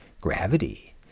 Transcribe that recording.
gravity